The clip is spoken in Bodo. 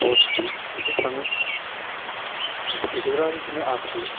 दस बिस बिदि थाङो आरो फिथिख्रिफ्रा बिदिनो आसि